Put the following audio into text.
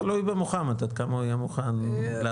תלוי במוחמד עד כמה הוא יהיה מוכן לעזור.